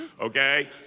Okay